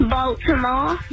Baltimore